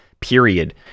period